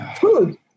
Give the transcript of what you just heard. food